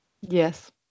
Yes